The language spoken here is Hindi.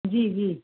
जी जी